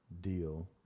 deal